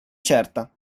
certa